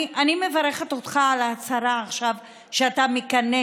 אני מברכת אותך על ההצהרה עכשיו שאתה מכנס